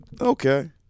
okay